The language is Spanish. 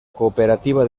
cooperativa